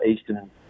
Eastern